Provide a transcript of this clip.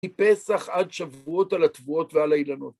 מפסח עד שבועות על התבואות ועל האילנות.